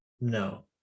no